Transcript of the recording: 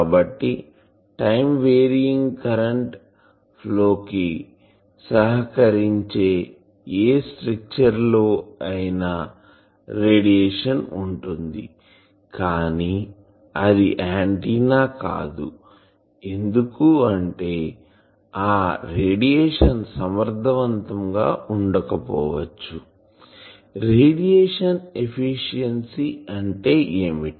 కాబట్టి time varying current flow కి సహకరించే ఏ స్ట్రక్చర్ లో అయినా రేడియేషన్ ఉంటుంది కానీ అది ఆంటిన్నా కాదు ఎందుకంటే ఆ రేడియేషన్ సమర్థవంతంగా ఉండకపోవచ్చు రేడియేషన్ ఎఫిషియన్సీ అంటే ఏమిటి